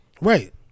Right